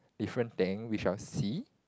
different thing we shall see